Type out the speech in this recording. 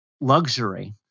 luxury